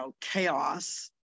chaos